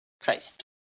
Christ